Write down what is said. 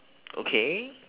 okay